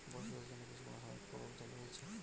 বয়স্কদের জন্য কি কোন সামাজিক প্রকল্প চালু রয়েছে?